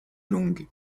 long